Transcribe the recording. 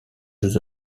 jeux